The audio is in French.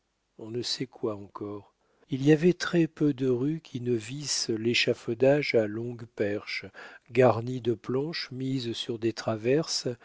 on ne sait quoi encore il y avait très-peu de rues qui ne vissent l'échafaudage à longues perches garni de planches mises sur des traverses